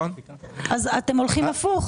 אתם הולכים הפוך.